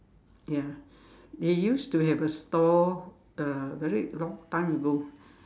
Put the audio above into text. ya they used to have a stall uh very long time ago